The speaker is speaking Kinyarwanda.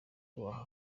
kubaha